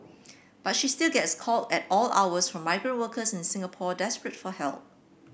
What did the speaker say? but she still gets call at all hours from migrant workers in Singapore desperate for help